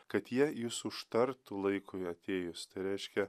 kad jie jus užtartų laikui atėjus tai reiškia